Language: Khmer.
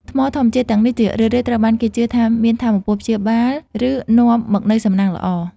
ថ្មធម្មជាតិទាំងនេះ ជារឿយៗត្រូវបានគេជឿថាមានថាមពលព្យាបាល ឬនាំមកនូវសំណាងល្អ។